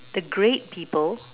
great people